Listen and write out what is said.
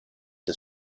des